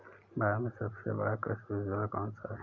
भारत में सबसे बड़ा कृषि विश्वविद्यालय कौनसा है?